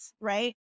right